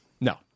No